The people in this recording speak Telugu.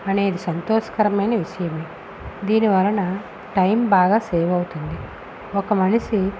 అనే సంతోషకరమైన విషయం దీనివలన టైం బాగా సేవ్ అవుతుంది ఒక మనిషి